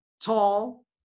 tall